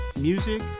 music